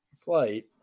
flight